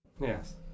Yes